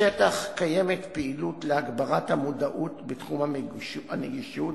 בשטח קיימת פעילות להגברת המודעות בתחום הנגישות